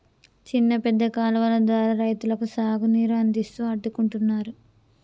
చిన్న పెద్ద కాలువలు ద్వారా రైతులకు సాగు నీరు అందిస్తూ అడ్డుకుంటున్నారు